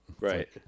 right